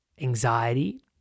anxiety